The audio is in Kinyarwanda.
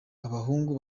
abahungu